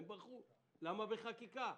הם בכו: למה בחקיקה?